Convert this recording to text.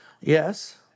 Yes